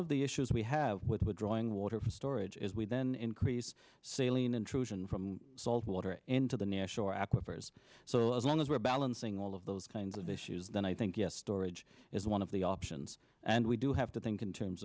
of the issues we have with withdrawing water from storage is we then increase sailing intrusion from salt water into the national aquifers so as long as we're balancing all of those kinds of issues then i think storage is one of the options and we do have to think in terms